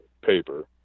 paper